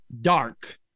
dark